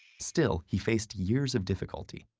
still, he faced years of difficulty.